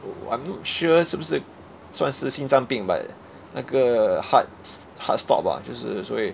oh I'm not sure 是不是算是心脏病 but 那个 hearts heart stop ah 就是所以